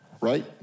right